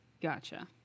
Gotcha